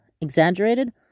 Exaggerated